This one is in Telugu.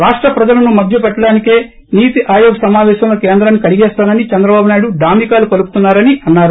రాష్ట ప్రజలను మభ్య పెట్లడానికే నీతి ఆయోగ్ సమాపేశంలో కేంద్రాన్పి కడిగేస్తానని చంద్రబాబు నాయుడు డాలికాలు పలుకుతున్నారని అన్నారు